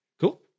Cool